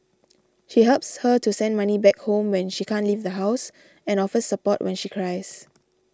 she helps her to send money back home when she can't leave the house and offers support when she cries